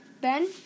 Ben